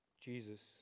Jesus